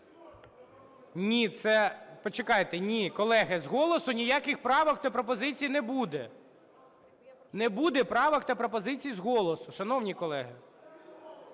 ні, це, почекайте, ні, колеги, з голосу ніяких правок та пропозицій не буде. Не буде правок та пропозицій з голосу, шановні колеги.